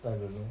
I don't know